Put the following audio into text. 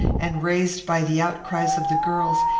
and raised by the outcries of the girls,